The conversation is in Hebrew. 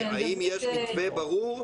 האם יש מתווה ברור,